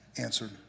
answered